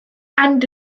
and